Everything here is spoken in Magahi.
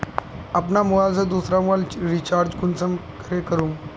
अपना मोबाईल से दुसरा मोबाईल रिचार्ज कुंसम करे करूम?